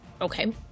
Okay